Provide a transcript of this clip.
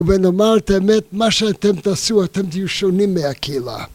ובנאמר את האמת, מה שאתם תעשו, אתם תהיו שונים מהקהילה.